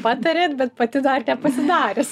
patarėt bet pati dar nepasidarius